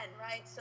right